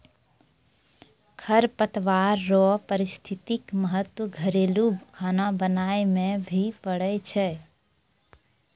खरपतवार रो पारिस्थितिक महत्व घरेलू खाना बनाय मे भी पड़ै छै